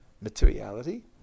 materiality